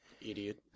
Idiot